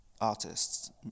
artists